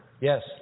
yes